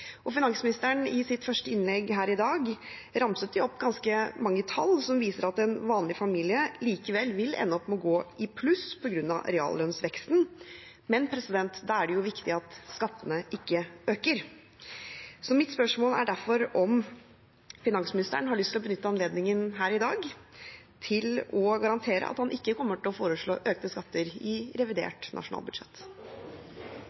I sitt første innlegg her i dag ramset finansministeren opp ganske mange tall som viser at en vanlig familie likevel vil ende opp med å gå i pluss på grunn av at reallønnsveksten, men da er det viktig at skattene ikke øker. Mitt spørsmål er derfor om finansministeren har lyst til å benytte anledningen her i dag til å garantere at han ikke kommer til å foreslå økte skatter i